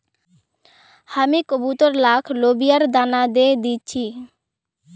हामी कबूतर लाक लोबियार दाना दे दी छि